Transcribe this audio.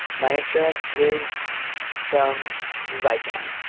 my insurance is some zakk in.